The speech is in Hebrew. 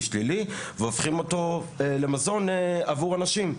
שלילי והופכים אותו למזון עבור אנשים.